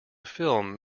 film